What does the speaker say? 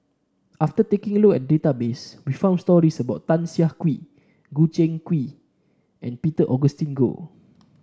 after taking a look at database we found stories about Tan Siah Kwee Choo Seng Quee and Peter Augustine Goh